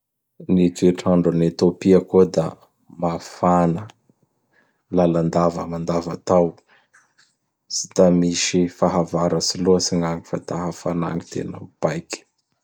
Ny toetr' andro an'Etopia koa da mafana lalandava mandavatao; tsy da misy fahavaratsy lôtsy gn'any fa da hafanà gn tena mipaiky.